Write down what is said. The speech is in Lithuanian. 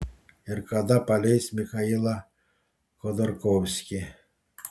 ir kada paleis michailą chodorkovskį